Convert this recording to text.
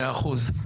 מאז אחוז,